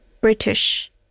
British